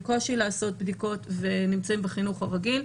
קושי לעשות בדיקות ונמצאים בחינוך הרגיל.